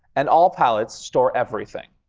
and all palettes store everything.